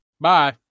Bye